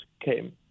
came